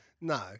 No